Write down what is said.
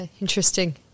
Interesting